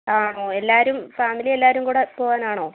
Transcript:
ആണോ എല്ലാവരും ഫാമിലി എല്ലാവരും കൂടെ പോവാനാണോ